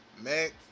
Mac